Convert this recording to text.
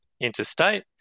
interstate